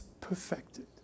perfected